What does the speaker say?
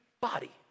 body